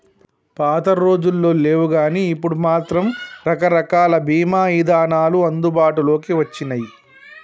పాతరోజుల్లో లేవుగానీ ఇప్పుడు మాత్రం రకరకాల బీమా ఇదానాలు అందుబాటులోకి వచ్చినియ్యి